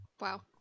Wow